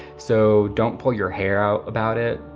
so don't pull your hair out about it.